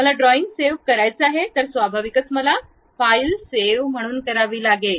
मला drawing save करायचं आहे तर स्वाभाविकच मला फाईल सेव्ह म्हणून करावी लागेल